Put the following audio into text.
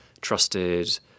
trusted